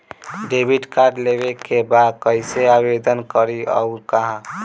Debit card लेवे के बा कइसे आवेदन करी अउर कहाँ?